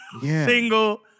single